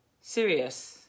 serious